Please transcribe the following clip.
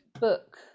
book